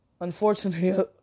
Unfortunately